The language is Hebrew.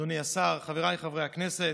אדוני השר, חבריי חברי הכנסת,